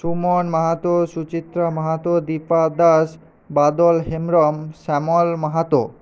Suman Mahato Suchitra Mahato Dipa Das Badal Hembrom Shyamal Mahato